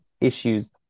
issues